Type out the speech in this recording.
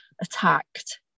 attacked